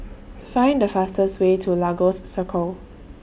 Find The fastest Way to Lagos Circle